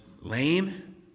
lame